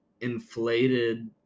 inflated